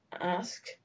ask